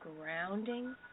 grounding